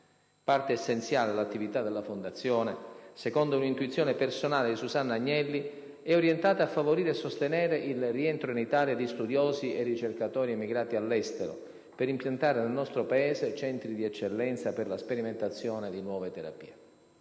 Parte essenziale dell'attività della Fondazione, secondo un'intuizione personale di Susanna Agnelli, è orientata a favorire e sostenere il rientro in Italia di studiosi e ricercatori emigrati all'estero per impiantare nel nostro Paese centri di eccellenza per la sperimentazione di nuove terapie.